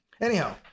Anyhow